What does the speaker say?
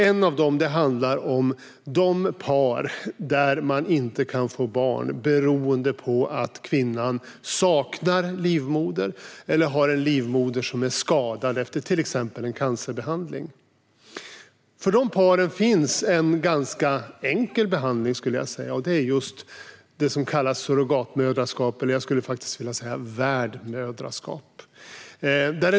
En av dem handlar om de par som inte kan få barn beroende på att kvinnan saknar livmoder eller har en livmoder som är skadad efter till exempel en cancerbehandling. För de paren finns en ganska enkel behandling, skulle jag säga, och det är det som kallas surrogatmoderskap, eller värdmoderskap, som jag faktiskt skulle vilja kalla den.